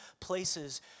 places